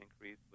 increase